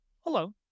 hello